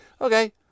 okay